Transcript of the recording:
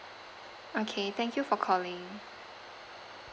okay thank you for calling